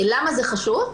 למה זה חשוב?